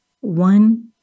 one